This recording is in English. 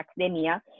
academia